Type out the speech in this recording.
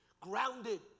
grounded